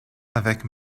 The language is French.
avec